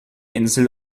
insel